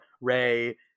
Ray